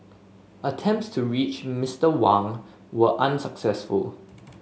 attempts to reach Mister Wang were unsuccessful